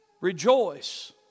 Rejoice